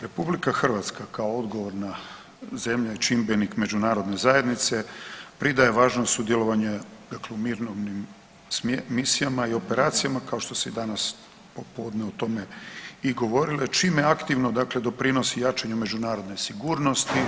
RH kao odgovorna zemlja i čimbenik međunarodne zajednice pridaje važnost sudjelovanju dakle mirovnim misijama i operacijama kao što se i danas u podne o tome govorilo čime aktivno dakle pridonosi jačanju međunarodne sigurnosti